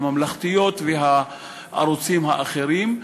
הממלכתיים והאחרים,